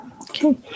Okay